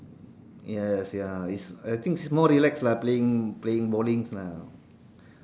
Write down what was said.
yes ya it's I think it's more relaxed lah playing playing bowlings lah